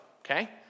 okay